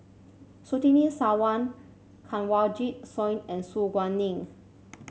Surtini Sarwan Kanwaljit Soin and Su Guaning